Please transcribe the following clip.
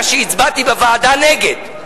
מה שהצבעתי בוועדה נגד,